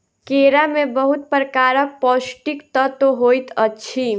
केरा में बहुत प्रकारक पौष्टिक तत्व होइत अछि